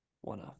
one